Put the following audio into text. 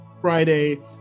Friday